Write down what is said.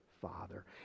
father